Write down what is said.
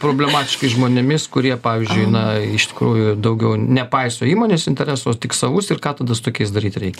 problematiškais žmonėmis kurie pavyzdžiui na iš tikrųjų daugiau nepaiso įmonės interesų o tik savus ir ką tada su tokiais daryt reikia